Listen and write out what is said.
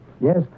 Yes